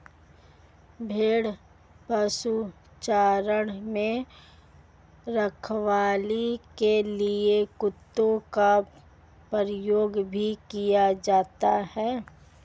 भेड़ पशुचारण में रखवाली के लिए कुत्तों का प्रयोग भी किया जाता है